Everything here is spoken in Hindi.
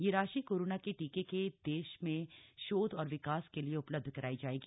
यह राशि कोरोना के टीके के देश में शोध और विकास के लिए उपलब्ध कराई जाएगी